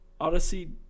Odyssey